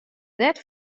neat